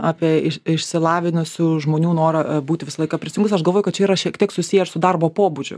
apie iš išsilavinusių žmonių norą būti visą laiką prisijungus aš galvoju kad čia yra šiek tiek susiję su darbo pobūdžiu